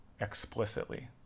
explicitly